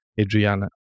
Adriana